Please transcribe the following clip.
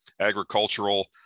agricultural